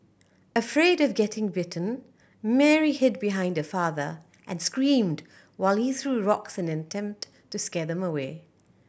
afraid of getting bitten Mary hid behind her father and screamed while he threw rocks in an attempt to scare them away